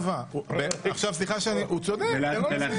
חבר הכנסת סובה, סליחה, הוא צודק, תן לו לסיים.